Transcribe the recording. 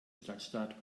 stadtstaat